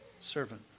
Servant